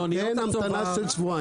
אין המתנה של שבועיים.